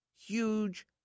huge